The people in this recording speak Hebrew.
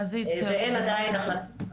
ואין עדיין החלטה.